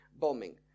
bombing